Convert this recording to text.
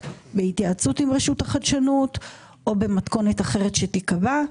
בהתייעצות עם רשות החדשנות או במתכונת אחרת שתיקבע,